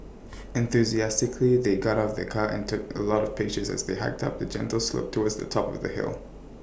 enthusiastically they got out of the car and take A lot of pictures as they hiked up A gentle slope towards the top of the hill